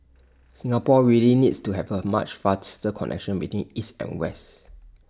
Singapore really needs to have A much faster connection between east and west